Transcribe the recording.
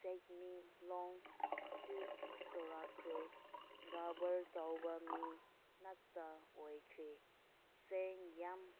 ꯁꯦꯟꯃꯤꯠꯂꯣꯟꯁꯨ ꯆꯥꯎꯔꯛꯈ꯭ꯔꯦ ꯀꯔꯕꯥꯔ ꯇꯧꯕ ꯃꯤ ꯉꯥꯛꯇ ꯑꯣꯏꯈ꯭ꯔꯦ ꯁꯦꯜ ꯌꯥꯝ